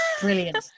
Brilliant